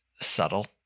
subtle